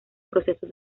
procesos